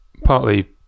partly